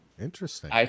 Interesting